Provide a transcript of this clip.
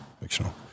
fictional